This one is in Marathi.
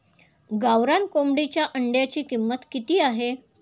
गावरान कोंबडीच्या अंड्याची किंमत किती आहे?